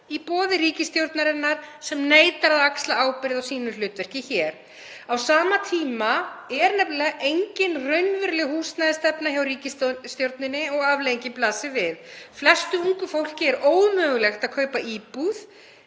í boði ríkisstjórnarinnar sem neitar að axla ábyrgð á sínu hlutverki hér. Á sama tíma er nefnilega engin raunveruleg húsnæðisstefna hjá ríkisstjórninni. Afleiðingin blasir við. Flestu ungu fólki er ómögulegt að kaupa íbúð